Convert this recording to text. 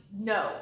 no